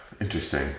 interesting